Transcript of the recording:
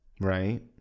Right